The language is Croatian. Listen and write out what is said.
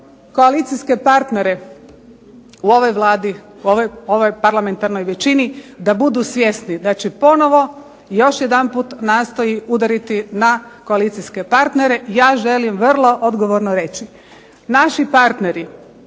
koalicijske partnere u ovoj Vladi, u ovoj parlamentarnoj većini da budu svjesni da će ponovo još jedanput nastoji udariti na koalicijske partnere. Ja želim vrlo odgovorno reći. Naši partneri